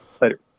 Later